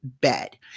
bed